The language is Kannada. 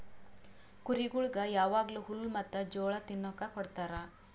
ಕುರಿಗೊಳಿಗ್ ಯಾವಾಗ್ಲೂ ಹುಲ್ಲ ಮತ್ತ್ ಜೋಳ ತಿನುಕ್ ಕೊಡ್ತಾರ